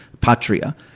Patria